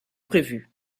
prévue